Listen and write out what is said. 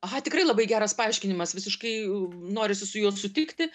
aha tikrai labai geras paaiškinimas visiškai norisi su juo sutikti